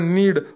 need